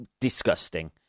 disgusting